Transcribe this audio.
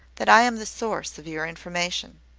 that i am the source of your information.